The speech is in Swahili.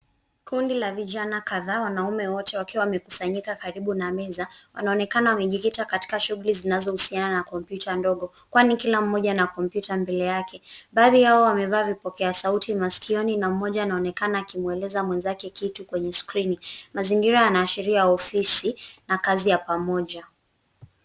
Kundi la vijana kadhaa, wanaume wote, wakiwa wamekusanyika karibu na meza. Wanaonekana wamejikita katika shughuli zinazohusiana na kompyuta ndogo, kwani, kila mmoja ana kompyuta mbele yake. Baadhi yao wamevaa vipokea sauti masikioni na mmoja anaonekana akimweeleza mwenzake kitu kwenye skrini. Mazingira yanaashiria ofisi na kazi ya pamoja.